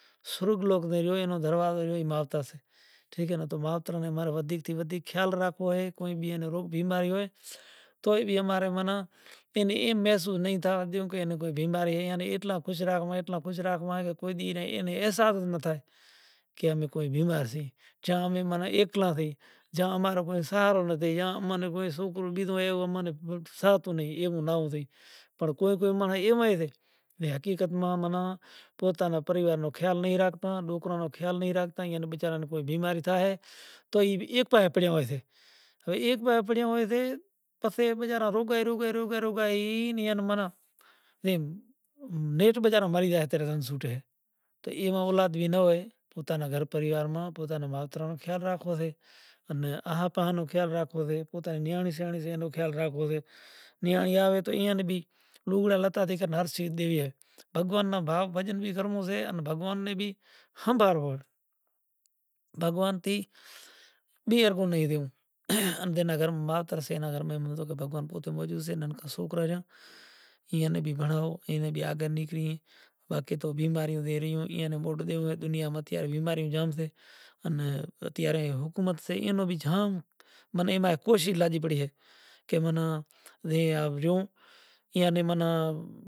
تو بھگوان ناں دیا تھی زائے تو ای تھلاں ماتھے راشی متھیاں لاکڑا ستھیا زائیں تا زا رے اگنی نوں ٹیم آوے سے زا رے اگنی لگاواں نو ٹیم آوے سے چم کہ بھگتاں نیں تو بھگوان رکھشا کرے سے تو زا رے اگنی لگاوے سے تو پرماتما برسات وہاڑے سے تو ایوو برسات پڑے سے کہ مڑہ نیں آگ نتھی لاگتی تو زا رے ای مانڑاں زائیسیں راجا نیں کہیسے رازا تاراں شمشان ماں ایوو کو بھوت زاگیو سے زیں تھی مشانڑاں ماتھی مڑہاں کاڈھے کھائیسے ان بدہو مشانڑ نو اجاڑ کرے لاشو تارے پسے رازا ہریچند سپاہی میلہے سے کہ زو ای کونڑ سے ڈائینڑ جے ناں انوسار بدہاں مڑہاں نی کاڈھی کاڈھی کھائی زائے ریو تا رے تاراڈیو نیں ای سپاہی بادہے راجا نی راجدھانی ماں لئی زاسے راجا نی راجدھانی ماں لائی پسے اینا پوسیو زائے کہ بھائی توں ڈاچنڑ بدہاں مسانڑاں ماں تھی بدہا ئی مڑہا کھائی گی سو تو رازا اینے